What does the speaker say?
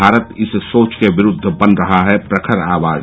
भारत इस सोच के विरूद्व बन रहा है प्रखर आवाज